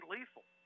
Lethal